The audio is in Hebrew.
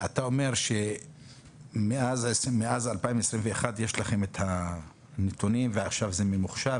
אתה אומר שמאז 2021 יש לכם את הנתונים ועכשיו זה ממוחשב.